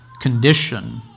condition